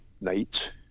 night